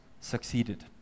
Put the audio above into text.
succeeded